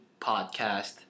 podcast